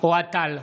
אוהד טל,